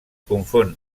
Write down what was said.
confon